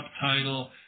subtitle